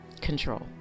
Control